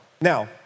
Now